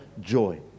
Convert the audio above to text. joy